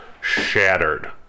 shattered